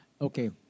okay